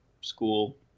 school